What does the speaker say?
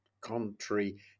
contrary